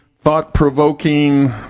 thought-provoking